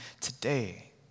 today